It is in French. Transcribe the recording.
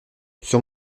sur